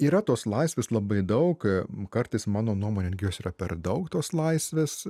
yra tos laisvės labai daug kartais mano nuomone netgi jos yra per daug tos laisvės